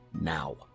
now